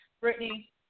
Brittany